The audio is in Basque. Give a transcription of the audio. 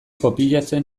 kopiatzen